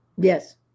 Yes